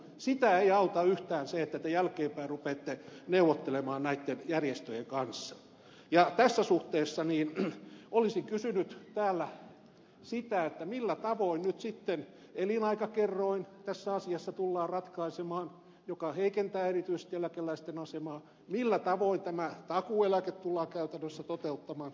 sitä ei auta yhtään se että te jälkeenpäin rupeatte neuvottelemaan näitten järjestöjen kanssa ja tässä suhteessa olisin kysynyt millä tavoin nyt sitten tässä asiassa tullaan ratkaisemaan elinaikakerroin joka heikentää erityisesti eläkeläisten asemaa millä tavoin tämä takuueläke tullaan käytännössä toteuttamaan